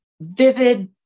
vivid